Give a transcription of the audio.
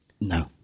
No